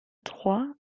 trois